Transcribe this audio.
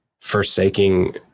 forsaking